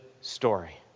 story